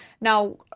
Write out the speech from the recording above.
Now